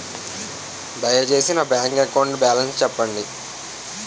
దయచేసి నా bank account balance చెప్పండి